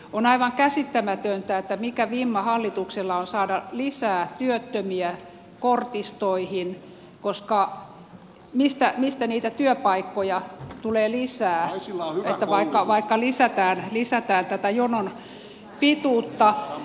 on aivan käsittämätöntä mikä vimma hallituksella on saada lisää työttömiä kortistoihin koska mistä niitä työpaikkoja tulee lisää vaikka lisätään tätä jonon pituutta